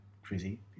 crazy